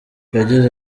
yagize